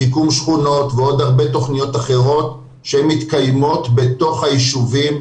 שיקום שכונות ועוד הרבה תכניות אחרות שמתקיימות בתוך הישובים,